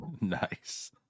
Nice